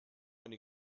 eine